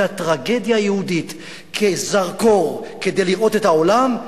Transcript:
הטרגדיה היהודית כזרקור כדי לראות את העולם,